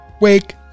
Wake